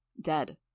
Dead